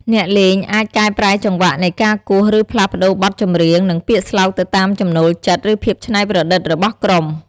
អ្នកលេងអាចកែប្រែចង្វាក់នៃការគោះ ឬផ្លាស់ប្ដូរបទចម្រៀង និងពាក្យស្លោកទៅតាមចំណូលចិត្ត ឬភាពច្នៃប្រឌិតរបស់ក្រុម។